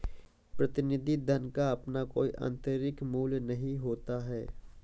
प्रतिनिधि धन का अपना कोई आतंरिक मूल्य नहीं होता है